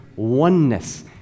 Oneness